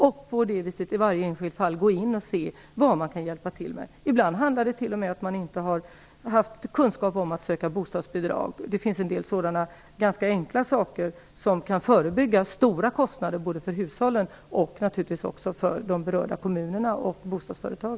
På det viset går man in i varje enskilt fall och ser efter vad man kan hjälpa till med. Ibland handlar det t.o.m. om att hyresgästen inte har haft kunskap om hur man söker bostadsbidrag. Det finns en del sådana ganska enkla saker som kan förebygga stora kostnader, både för hushållen och, naturligtvis, för berörda kommuner och bostadsföretag.